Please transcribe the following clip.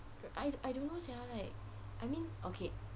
I I don't know sia like I mean okay